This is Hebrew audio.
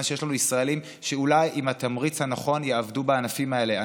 שיש לנו ישראלים שאולי עם התמריץ הנכון יעבדו בענפים האלה,